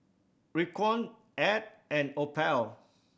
Raekwon Ed and Opal